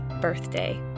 birthday